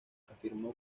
afirmó